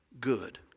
good